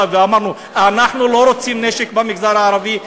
ואמרנו: אנחנו לא רוצים נשק במגזר הערבי,